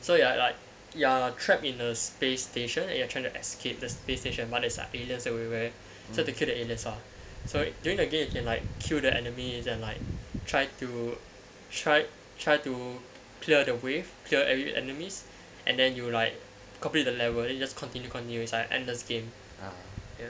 so ya like you're trapped in a space station and you are trying to escape the space station but there's like aliens everywhere so had to kill the aliens ah so during the game you can like kill the enemy you can like try to try try to clear the wave clear every enemies and then you like complete the level then you just continue continue it's like endless game ya